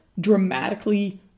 dramatically